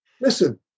listen